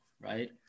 Right